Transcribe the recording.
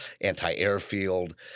anti-airfield